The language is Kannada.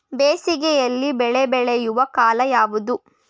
ಬೇಸಿಗೆ ಯಲ್ಲಿ ಬೆಳೆ ಬೆಳೆಯುವ ಕಾಲ ಯಾವುದು?